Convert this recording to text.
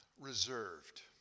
reserved